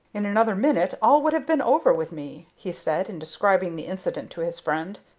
in another minute all would have been over with me, he said, in describing the incident to his friend.